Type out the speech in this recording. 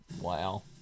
Wow